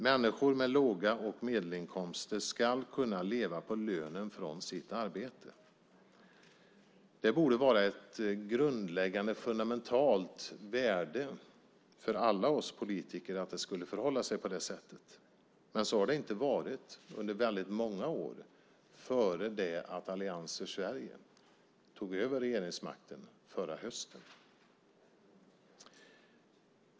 Människor med låga inkomster och medelinkomster ska kunna leva på lönen från sitt arbete. Det borde vara ett grundläggande fundamentalt värde för alla oss politiker att det skulle förhålla sig på det sättet. Så har det inte varit under väldigt många år innan Allians för Sverige tog över regeringsmakten förra hösten.